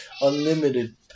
Unlimited